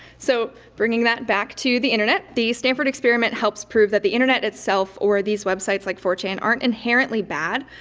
so, bringing that back to the internet. the stanford experiment helps prove that the internet itself or these websites like four chan aren't inherently bad.